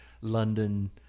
London